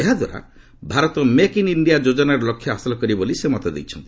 ଏହାଦ୍ୱାରା Bharat 'make in India' ଯୋକନାର ଲକ୍ଷ୍ୟ ହାସଲ କରିବ ବୋଲି ସେ ମତ ଦେଇଛନ୍ତି